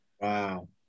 Wow